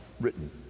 written